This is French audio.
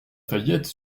fayette